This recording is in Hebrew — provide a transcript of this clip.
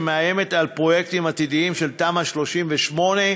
שמאיימת על פרויקטים עתידיים של תמ"א 38,